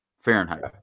Fahrenheit